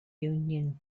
union